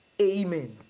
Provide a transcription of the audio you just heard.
Amen